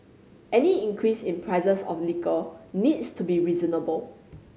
any increase in prices of liquor needs to be reasonable